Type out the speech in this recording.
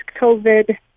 COVID